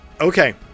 Okay